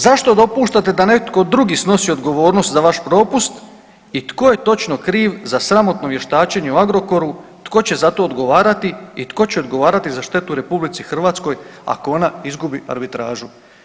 Zašto dopuštate da netko drugi snosi odgovornost za vaš propust i tko je točno kriv za sramotno vještačenje o Agrokoru, tko će za to odgovarati i tko će odgovarati za štitu RH ako ona izgubi arbitražu?